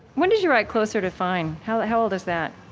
when did you write closer to fine? how how old is that?